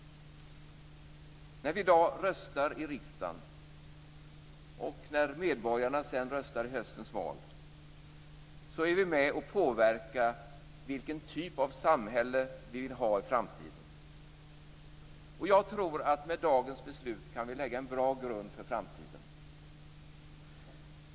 När vi i dag röstar i riksdagen, och när medborgarna sedan röstar i höstens val, är vi med och påverkar vilken typ av samhälle vi vill ha i framtiden. Jag tror att vi med dagens beslut kan lägga en bra grund för framtiden.